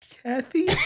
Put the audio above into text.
Kathy